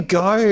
go